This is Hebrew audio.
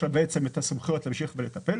שיש לה את הסמכויות להמשיך ולטפל.